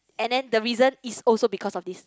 and then the reason is also because of this